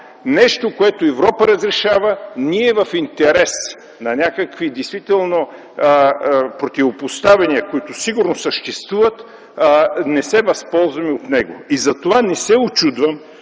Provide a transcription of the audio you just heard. нещо, което Европа разрешава, ние в интерес на някакви, действително, противопоставяния, които сигурно съществуват, не се възползваме от него. Затова не се учудвам,